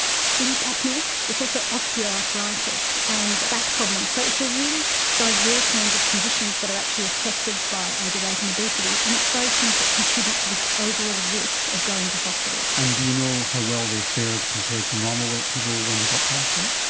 sleep apnoea, it's also osteoarthritis and back problems. so it's a really diverse range of conditions that are actually affected by overweight and obesity, and it's those things that contribute to this overall risk of going to hospital. and do you know how well they fared compared to normal weight people when they got to hospital?